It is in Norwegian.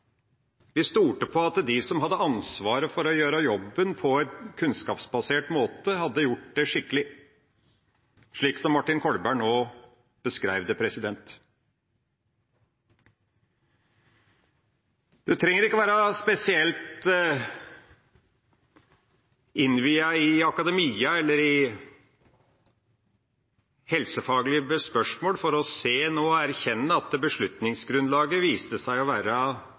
Vi stolte på at de som hadde ansvaret for å gjøre jobben på en kunnskapsbasert måte, hadde gjort det skikkelig, slik som Martin Kolberg nå beskrev det. En trenger ikke være spesielt innviet i akademia eller i helsefaglige spørsmål for nå å se og erkjenne at beslutningsgrunnlaget viste seg å være